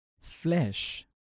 flesh